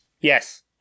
Yes